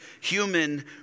human